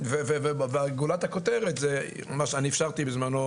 וגולת הכותרת זה מה שאני אפשרתי בזמנו,